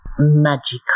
magical